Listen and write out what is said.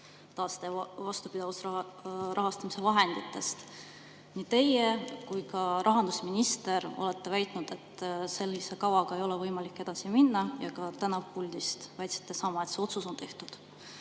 taaste- ja vastupidavusrahastu vahenditest. Nii teie kui ka rahandusminister olete väitnud, et sellise kavaga ei ole võimalik edasi minna, ja ka täna puldist väitsite sama, et see otsus on tehtud.